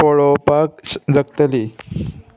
पळोवपाक श जगतली